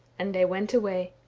and they went away.